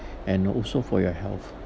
and also for your health